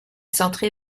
centré